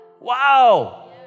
Wow